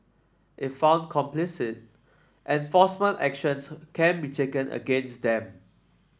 if found complicit enforcement actions can be taken against them